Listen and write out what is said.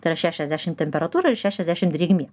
tai yra šešiasdešim temperatūra ir šešiasdešim drėgmė